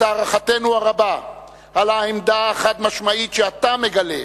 את הערכתנו הרבה על העמדה החד-משמעית שאתה מגלה,